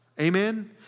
Amen